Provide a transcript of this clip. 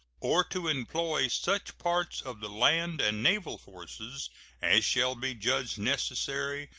or to employ such part of the land and naval forces as shall be judged necessary,